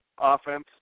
offense